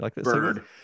bird